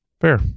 Fair